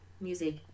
music